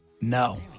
No